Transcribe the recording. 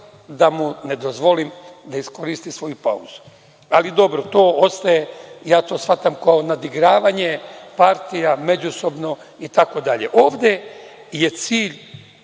da mu ne dozvolim da iskoristi svoju pauzu. Ali, dobro to ostaje i ja to shvatam kao nadigravanje partija međusobno itd. Ovde je cilj